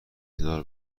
کنار